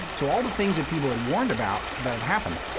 so all the things that people had warned about that had happened.